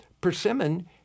persimmon